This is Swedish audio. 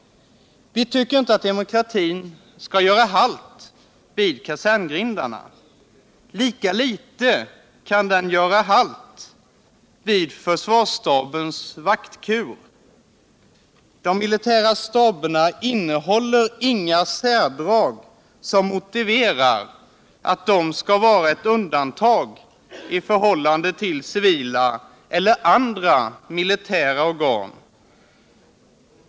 Vi tycker inte att demokratin skall göra halt, vid kaserngrindarna. Lika litet kan den göra halt vid försvarsstabens vaktkur. De militära staberna innehåller inga särdrag som motiverar att de skall vara undantag i förhållande till civila eller andra militära organ.